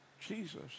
Jesus